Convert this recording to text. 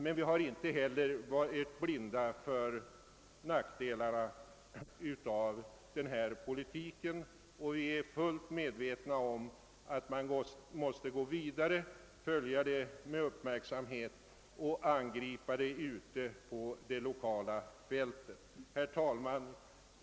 Men vi har inte heller varit blinda för de negativa verkningarna av denna politik, och vi är fullt medvetna om att man måste gå vidare och följa utvecklingen med uppmärksamhet och angripa frågorna ute på det lokala fältet. Herr talman!